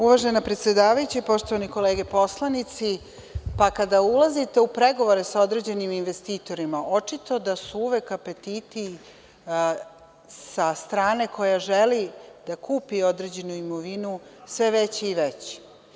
Uvažena predsedavajuća, poštovane kolege poslanici, kada ulazite u pregovore sa određenim investitorima, očito da su uvek apetiti sa strane koja želi da kupi određenu imovinu sve veći i veći.